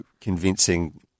convincing